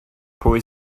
pwy